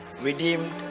redeemed